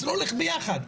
זה הולך ביחד.